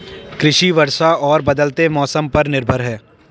कृषि वर्षा और बदलते मौसम पर निर्भर है